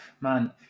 man